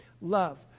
Love